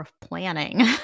planning